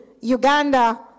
uganda